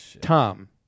Tom